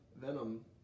venom